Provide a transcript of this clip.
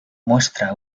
muestra